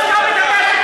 האי-שוויון,